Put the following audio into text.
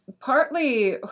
partly